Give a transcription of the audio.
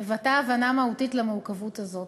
מבטא הבנה מהותית של מורכבות זאת.